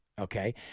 okay